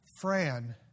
Fran